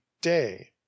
day